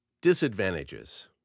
Disadvantages